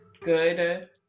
good